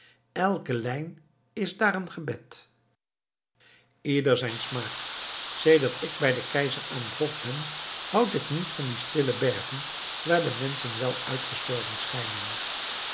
elke lijn is daar een gebed ieder zijn smaak sedert ik bij den keizer aan het hof ben houd ik niet van die stille bergen waar de menschen wel uitgestorven schijnen